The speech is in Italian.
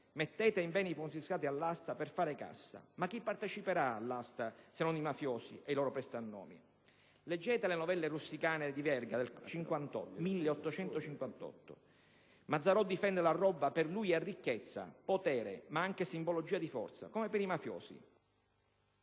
Mettete i beni confiscati all'asta per fare cassa. Ma chi parteciperà all'asta se non i mafiosi e i loro prestanome? Leggete le novelle rusticane di Verga del 1858. Mazzarò difende la "roba", che per lui è ricchezza, potere ma anche simbologia di forza, come per i mafiosi.